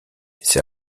ces